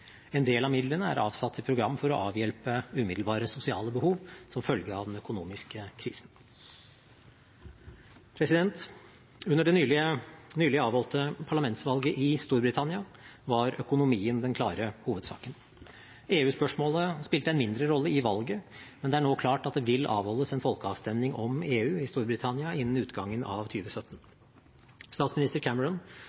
En del av midlene er avsatt til programmer for å avhjelpe umiddelbare sosiale behov som følge av den økonomiske krisen. Under det nylig avholdte parlamentsvalget i Storbritannia var økonomien den klare hovedsaken. EU-spørsmålet spilte en mindre rolle i valget, men det er nå klart at det vil avholdes en folkeavstemning om EU i Storbritannia innen utgangen av 2017. Statsminister Cameron